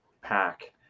pack